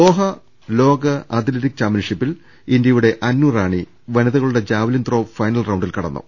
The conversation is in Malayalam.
ദോഹ ലോക അത്ലറ്റിക് ചാമ്പൃൻഷിപ്പിൽ ഇന്തൃയുടെ അന്നു റാണി വനിതകളുടെ ജാവലിൻ ത്രോ ഫൈനൽ റൌണ്ടിൽ കടന്നു